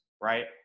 right